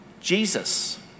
Jesus